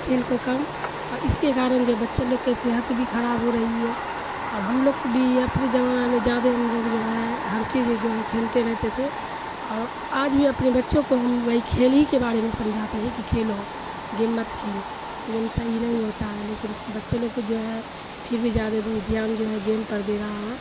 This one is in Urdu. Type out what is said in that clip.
کھیل کو کم اور اس کے کارن جو بچے لوگ کے صحت بھی خراب ہو رہی ہے اور ہم لوگ کو بھی اپنے زمانہ میں زیادہ ہم لوگ جو ہے ہر چیز جو ہے کھیلتے رہتے تھے اور آج بھی اپنے بچوں کو ہم وہی کھیل ہی کے بارے میں سمجھاتے ہیں کہ کھیلو گیم مت کھیل گیم صحیح نہیں ہوتا ہے لیکن بچے لوگ کو جو ہے پھر بھی زیادہ دھیان جو ہے گیم پر دے رہا ہے